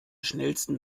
schnellsten